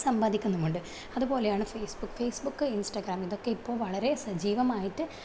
സമ്പാദിക്കുന്നുമുണ്ട് അത് പോലെയാണ് Facebook Facebook Instagram ഇതൊക്കെ ഇപ്പോൾ വളരെ സജീവമായിട്ട്